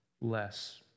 less